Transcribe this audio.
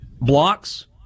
Blocks